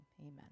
amen